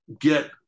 get